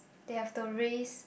they have to raise